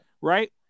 right